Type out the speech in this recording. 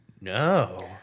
No